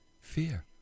fear